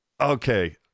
Okay